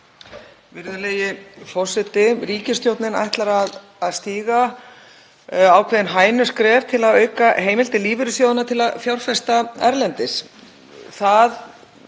Virðulegi forseti. Ríkisstjórnin ætlar að stíga ákveðin hænuskref til að auka heimildir lífeyrissjóðanna til að fjárfesta erlendis. Þegar